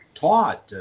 taught